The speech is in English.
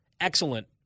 excellent